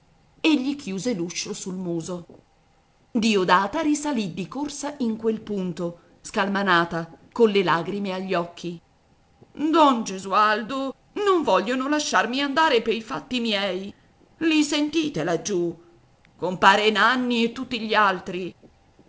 gli chiuse l'uscio sul muso diodata risalì di corsa in quel punto scalmanata colle lagrime agli occhi don gesualdo non vogliono lasciarmi andare pei fatti miei i sentite laggiù compare nanni e tutti gli altri